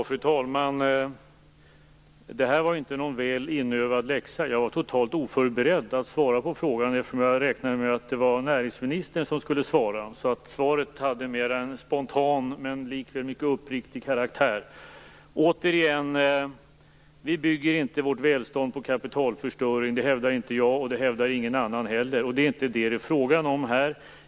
Fru talman! Det här var inte någon väl inövad läxa. Jag var totalt oförberedd att svara på frågan, eftersom jag räknade med att det var näringsministern som skulle svara på den, så svaret hade mera en spontan men likväl mycket uppriktig karaktär. Vi bygger inte vårt välstånd på kapitalförstöring. Det hävdar inte jag och inte någon annan heller. Det är inte detta det är fråga om här.